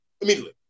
immediately